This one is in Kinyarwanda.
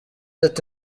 ati